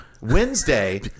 Wednesday